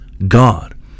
god